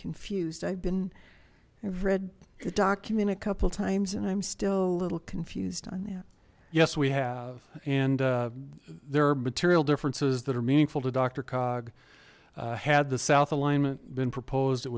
confused i've been i've read a document a couple times and i'm still a little confused on that yes we have and there are material differences that are meaningful to doctor cog had the south alignment been proposed it